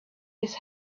his